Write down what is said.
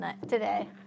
today